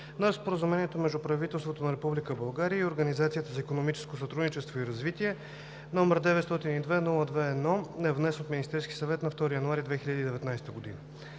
на Споразумението между правителството на Република България и Организацията за икономическо сътрудничество и развитие, № 902-02-1, внесен от Министерски съвет на 2 януари 2019 г.